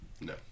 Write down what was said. No